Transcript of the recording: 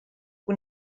que